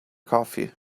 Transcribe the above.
coffee